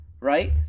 Right